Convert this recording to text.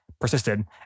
persisted